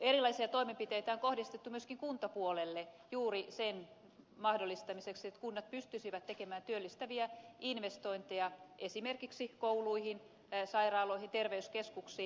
erilaisia toimenpiteitä on kohdistettu myöskin kuntapuolelle juuri sen mahdollistamiseksi että kunnat pystyisivät tekemään työllistäviä investointeja esimerkiksi kouluihin sairaaloihin terveyskeskuksiin